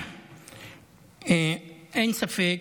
אין ספק